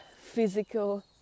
physical